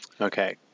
Okay